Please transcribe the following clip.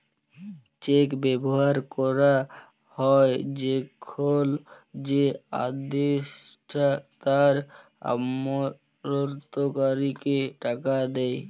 check ব্যবহার ক্যরা হ্যয় যখল যে আদেষ্টা তার আমালতকারীকে টাকা দেয়